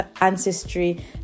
ancestry